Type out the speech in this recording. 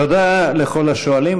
תודה לכל השואלים.